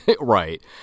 Right